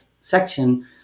section